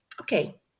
okay